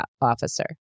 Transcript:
officer